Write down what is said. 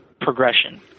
progression